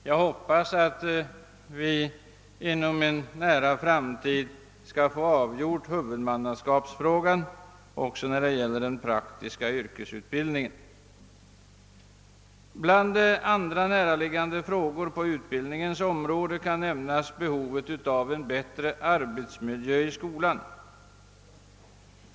Jag hoppas att vi inom en nära framtid skall få huvudmannaskapsfrågan avgjord också för den praktiska yrkesutbildningen. Bland andra väsentliga frågor på utbildningens område kan nämnas behovet av en bättre arbetsmiljö i skolan.